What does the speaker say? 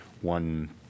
one